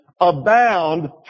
abound